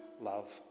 love